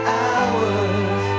hours